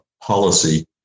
policy